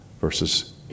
verses